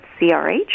CRH